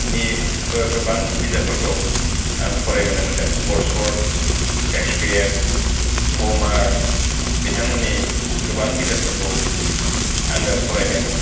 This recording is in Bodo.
निबो गोबां बिजाबफोरखौ आं फरायबोनो मोन्दों वर्डसवर्ड सेक्सपियार हमार बिथांमोननि गोबां बिजाबफोरखौ आङो फरायदों